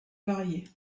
variées